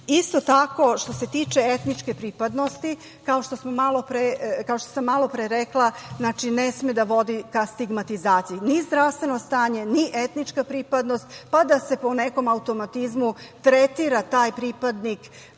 tako, što se tiče etničke pripadnosti, kao što sam malopre rekla, ne sme da vodi ka stigmatizaciji ni zdravstveno stanje, ni etnička pripadnost, pa da se po nekom automatizmu tretira taj pripadnik